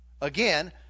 again